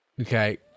Okay